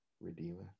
redeemer